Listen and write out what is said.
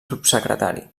subsecretari